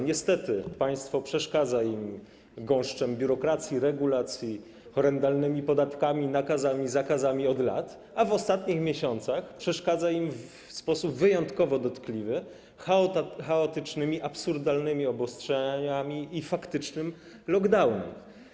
Niestety państwo od lat przeszkadza im gąszczem biurokracji, regulacji, horrendalnymi podatkami, nakazami, zakazami, a w ostatnich miesiącach przeszkadza im w sposób wyjątkowo dotkliwy chaotycznymi, absurdalnymi obostrzeniami i faktycznym lockdownem.